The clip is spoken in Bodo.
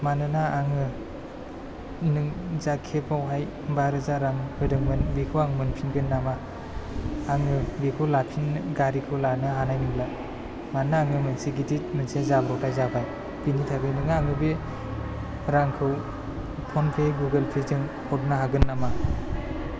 मानोना आङो नों जा केबावहाय बा रोजा रां होदोंमोन बिखौ आं मोनफिनगोन नामा आङो बेखौ लाफिन्नो गारिखौ लानो हानाय नंला मानोना आङो मोनसे गिदिर मोनसे जाब्रबथाय जाबाय बेनि थाखायनो नों आङो बे रांखौ फन पे गुगल पे जों हरनो हागोन नामा